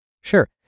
Sure